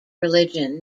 religion